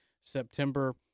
September